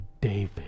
David